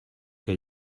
que